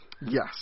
Yes